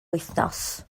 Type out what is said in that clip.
wythnos